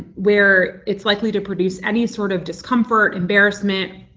where it's likely to produce any sort of discomfort, embarrassment,